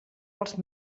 els